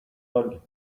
all